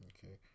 Okay